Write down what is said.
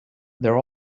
there